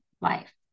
life